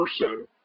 person